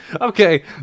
Okay